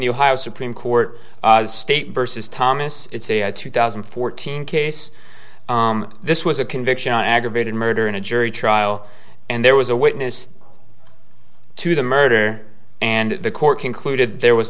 the ohio supreme court state versus thomas it's a i two thousand and fourteen case this was a conviction aggravated murder in a jury trial and there was a witness to the murder and the court concluded there was